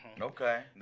Okay